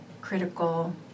critical